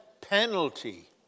penalty